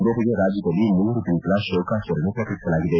ಜೊತೆಗೆ ರಾಜ್ನದಲ್ಲಿ ಮೂರು ದಿನಗಳ ಶೋಕಾಚಾರಣೆ ಪ್ರಕಟಿಸಲಾಗಿದೆ